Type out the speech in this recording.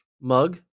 mug